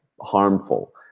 harmful